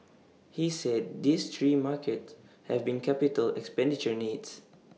he said these three markets have big capital expenditure needs